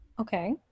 Okay